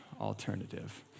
alternative